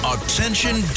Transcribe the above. Attention